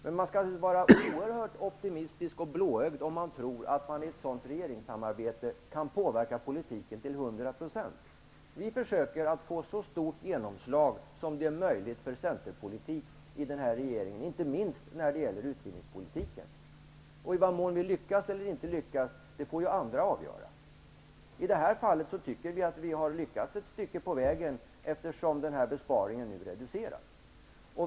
Man skall väl vara oerhört optimistisk och blåögd om man tror att man i ett sådant regeringssamarbete kan påverka politiken till hundra procent. Vi försöker få så stort genomslag som möjligt för centerpolitik i den här regeringen, inte minst när det gäller utbildningspolitiken. I vad mån vi lyckas eller inte lyckas får ju andra avgöra. I detta fall tycker vi att vi har lyckats ett stycke på vägen, eftersom den här besparingen nu reduceras.